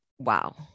Wow